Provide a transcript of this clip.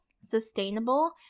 sustainable